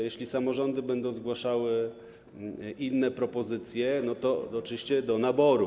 Jeśli samorządy będą zgłaszały inne propozycje - to oczywiście do naboru.